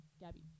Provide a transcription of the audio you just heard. Gabby